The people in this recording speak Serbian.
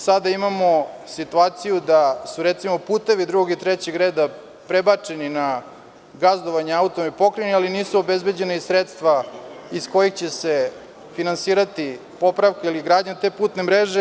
Sada imamo situaciju da su recimo, putevi drugog i trećeg reda prebačeni na gazdovanje Autonomne pokrajine, ali nisu obezbeđena sredstva iz kojih će se finansirati popravka ili gradnja te putne mreže.